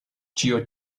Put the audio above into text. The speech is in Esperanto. ĉio